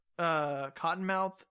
Cottonmouth